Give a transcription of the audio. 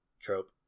trope